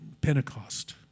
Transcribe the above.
Pentecost